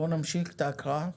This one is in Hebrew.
נמשיך את ההקראה.